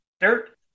Dirt